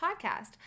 Podcast